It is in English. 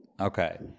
Okay